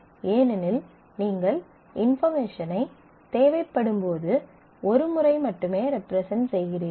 ஏனெனில் நீங்கள் இன்பார்மேஷனை தேவைப்படும்போது ஒரு முறை மட்டுமே ரெப்ரசன்ட் செய்கிறீர்கள்